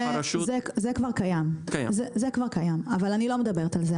אבל אני לא מדברת על זה.